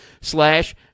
slash